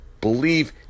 believe